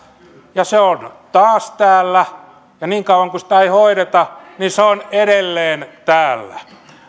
ja se on taas täällä ja niin kauan kuin sitä ei hoideta se on edelleen täällä